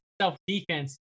self-defense